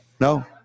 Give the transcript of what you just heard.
No